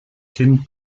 kind